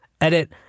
Edit